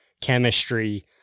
chemistry